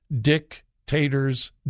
dictators